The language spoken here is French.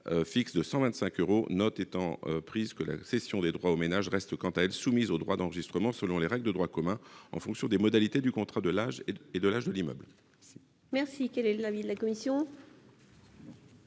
fixe de 125 euros, étant entendu que la cession des droits aux ménages reste, quant à elle, soumise aux droits d'enregistrement selon les règles de droit commun, en fonction des modalités du contrat et de l'âge de l'immeuble. Quel est l'avis de la commission